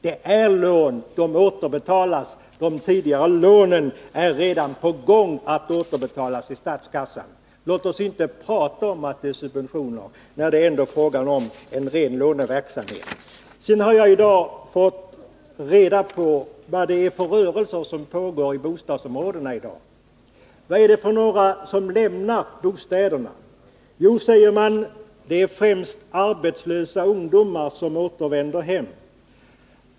De är lån — de återbetalas. De tidigare lånen är man redan på väg att återbetala till statskassan. Låt oss inte tala om att det är subventioner när det ändå är fråga om en ren låneverksamhet. Jag har i dag fått reda på vad det är för rörelser som pågår i bostadsområdena. Vad är det för några som lämnar bostäderna? Jo, säger man, det är främst arbetslösa ungdomar som återvänder hem.